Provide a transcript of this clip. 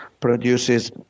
produces